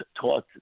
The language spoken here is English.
taught